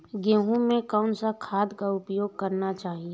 गेहूँ में कौन सा खाद का उपयोग करना चाहिए?